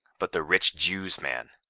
but the rich jew's man,